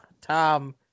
Tom